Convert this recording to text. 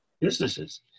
businesses